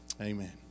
Amen